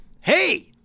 hey